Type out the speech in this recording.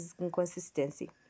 inconsistency